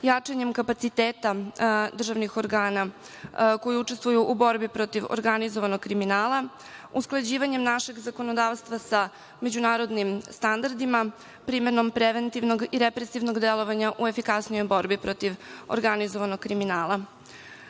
jačanjem kapaciteta državnih organa koji učestvuju u borbi protiv organizovanog kriminala, usklađivanjem našeg zakonodavstva sa međunarodnim standardima, primenom preventivnog i reprezentativnog delovanja u efikasnijoj borbi protiv organizovanog kriminala.U